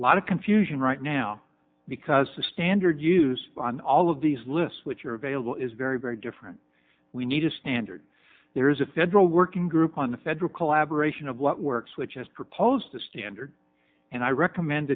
a lot of confusion right now because the standard used on all of these lists which are available is very very different we need a standard there is a federal working group on the federal collaboration of what works which has proposed a standard and i recommend